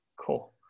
cool